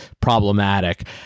problematic